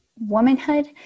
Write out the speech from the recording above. womanhood